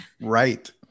Right